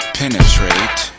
penetrate